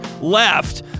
left